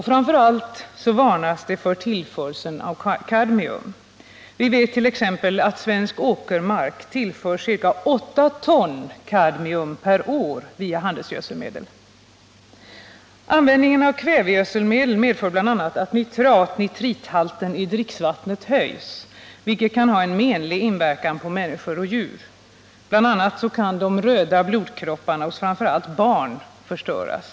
Framför allt varnas det för tillförseln av kadmium. Vi vet t.ex. att svensk åkermark tillförs ca 8 ton kadmium per år via handelsgödselmedel. Användningen av kvävegödselmedel medför bl.a. att nitrat-nitrithalten i dricksvattnet höjs, vilket kan ha en menlig inverkan på människor och djur. Bl. a. kan de röda blodkropparna hos framför allt barn förstöras.